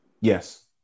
Yes